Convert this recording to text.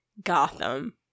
gotham